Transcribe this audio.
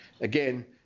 Again